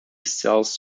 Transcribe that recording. sells